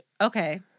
okay